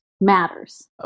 matters